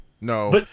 no